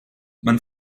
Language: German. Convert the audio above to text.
man